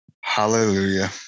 Hallelujah